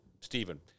Stephen